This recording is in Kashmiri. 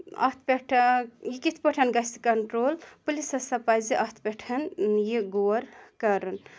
اَتھ پٮ۪ٹھ یہِ کِتھ پٲٹھۍ گژھِ کَنٹرٛول پُلیٖسَس سا پَزِ اَتھ پٮ۪ٹھ یہِ غور کَرُن